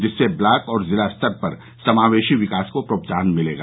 जिससे ब्लॉक और जिला स्तर पर समावेशी विकास को प्रोत्साहन मिलेगा